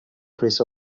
chris